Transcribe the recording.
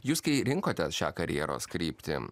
jūs kai rinkotės šią karjeros kryptį